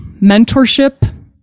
mentorship